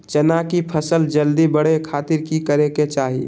चना की फसल जल्दी बड़े खातिर की करे के चाही?